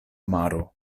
maro